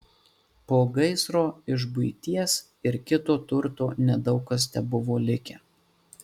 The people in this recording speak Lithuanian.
po gaisro iš buities ir kito turto nedaug kas tebuvo likę